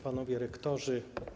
Panowie Rektorzy!